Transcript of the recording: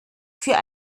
für